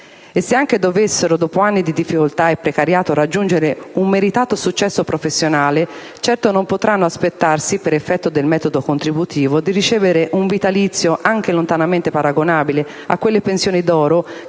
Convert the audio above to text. E se anche dovessero, dopo anni di difficoltà e precariato, raggiungere un meritato successo professionale, certo non potranno aspettarsi, per effetto del metodo contributivo, di ricevere un vitalizio anche lontanamente paragonabile a quelle pensioni d'oro